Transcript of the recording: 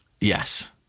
Yes